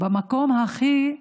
במקום הכי קשה,